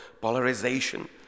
polarization